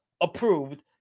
approved